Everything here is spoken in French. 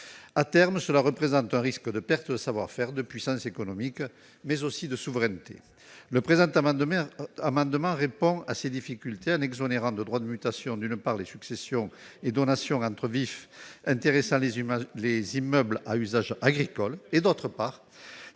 À terme, cela représente un risque de perte de savoir-faire, de puissance économique, mais aussi de souveraineté. Cet amendement tend à répondre à ces difficultés en exonérant de droits de mutation, d'une part, les successions et donations entre vifs intéressant les immeubles à usage agricole, d'autre part,